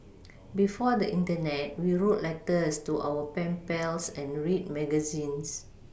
before the Internet we wrote letters to our pen pals and read magazines